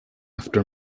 after